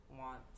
want